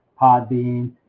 Podbean